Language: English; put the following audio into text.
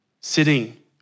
sitting